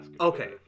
Okay